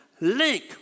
link